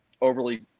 overly